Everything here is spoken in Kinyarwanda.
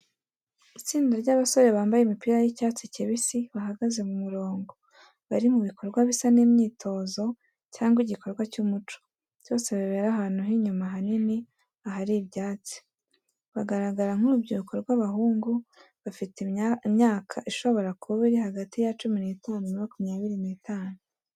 Itsinda ry'abasore bambaye imipira y'icyatsi kibisi bahagaze mu murongo, bari mu bikorwa bisa n’imyitozo cyangwa igikorwa cy’umuco, byose bibera ahantu h’inyuma hanini ahari ibyatsi. Bagaragara nk’urubyiruko rw'abahungu, bafite imyaka ishobora kuba iri hagati ya cumi n'itanu na makumyabiri n'itanu.